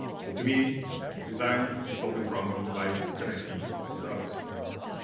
so to me design is solving problems by connecting the dots